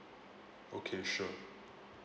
okay sure